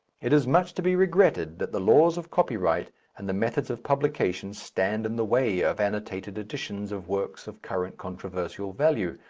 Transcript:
it is much to be regretted that the laws of copyright and the methods of publication stand in the way of annotated editions of works of current controversial value.